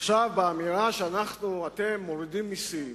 עכשיו, באמירה שאנחנו, אתם, מורידים מסים,